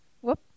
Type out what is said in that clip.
whoop